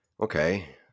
okay